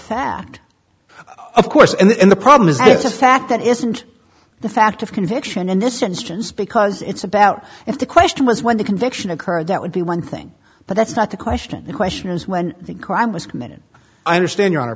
fact of course and the problem is that it's a fact that isn't the fact of conviction in this instance because it's about if the question was when the conviction occurred that would be one thing but that's not the question the question is when the crime was committed i understand your honor